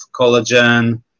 collagen